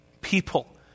people